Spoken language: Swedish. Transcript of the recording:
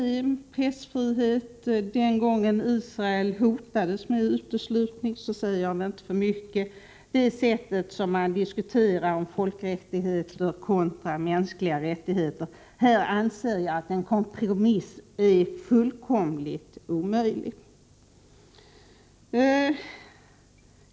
Det gäller t.ex. pressfriheten den gången Israel hotades med uteslutning och det sätt på vilket man diskuterar folkrättigheter kontra mänskliga rättigheter. Här anser jag att en kompromiss är fullkomligt omöjlig.